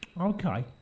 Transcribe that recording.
okay